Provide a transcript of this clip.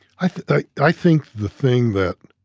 i i think the thing that